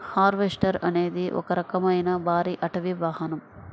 harvester అనేది ఒక రకమైన భారీ అటవీ వాహనం